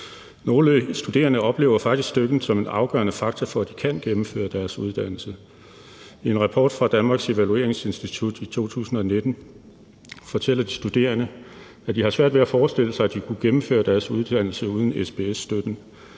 Nogle studerende oplever faktisk støtten som en afgørende faktor for, at de kan gennemføre deres uddannelse. I en rapport fra Danmarks Evalueringsinstitut fra 2019 fortæller de studerende, at de har svært ved at forestille sig, at de kunne gennemføre deres uddannelse uden SPS-støtten.